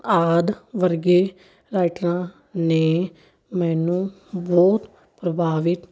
ਆਦਿ ਵਰਗੇ ਰਾਈਟਰਾਂ ਨੇ ਮੈਨੂੰ ਬਹੁਤ ਪ੍ਰਭਾਵਿਤ